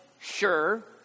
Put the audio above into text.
Sure